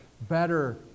better